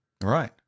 Right